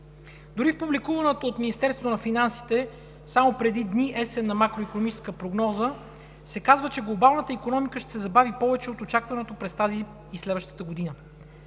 Дори в публикуваната от Министерството на финансите само преди дни есенна макроикономическа прогноза се казва, че глобалната икономика ще се забави повече от очакваното през тази и следващата година.